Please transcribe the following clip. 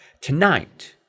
Tonight